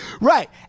Right